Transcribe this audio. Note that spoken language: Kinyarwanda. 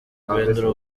guhindura